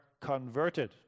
converted